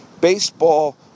baseball